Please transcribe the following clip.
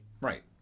right